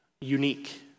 unique